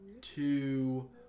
two